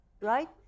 right